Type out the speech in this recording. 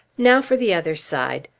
now for the other side.